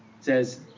says